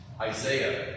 Isaiah